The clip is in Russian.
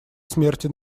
смерти